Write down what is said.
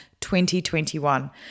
2021